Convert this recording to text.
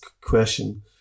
question